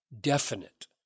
definite